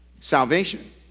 Salvation